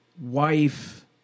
wife